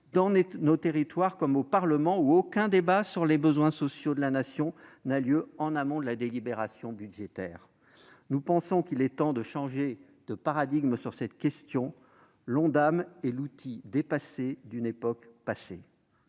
dans nos territoires comme au Parlement où aucun débat sur les besoins sociaux de la Nation n'a lieu en amont de la délibération budgétaire. Nous pensons qu'il est temps de changer de paradigme sur cette question. L'Ondam est l'outil dépassé d'une époque passée.